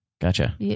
Gotcha